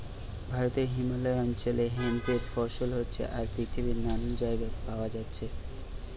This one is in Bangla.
ভারতে হিমালয় অঞ্চলে হেম্প এর ফসল হচ্ছে আর পৃথিবীর নানান জাগায় পায়া যাচ্ছে